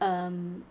um